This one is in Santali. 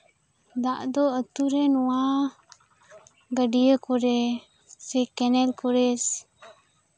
ᱫᱟᱜ ᱫᱚ ᱟᱹᱛᱩ ᱨᱮ ᱱᱚᱶᱟ ᱜᱟᱹᱰᱭᱟᱹ ᱠᱚᱨᱮ ᱥᱮ ᱠᱮᱱᱮᱞ ᱠᱚᱨᱮ